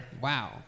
Wow